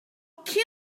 kill